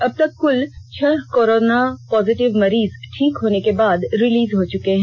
अब तक क्ल छह कोरोना पॉजिटिव मरीज ठीक होने के बाद रिलीज हो चुके हैं